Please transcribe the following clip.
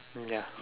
ya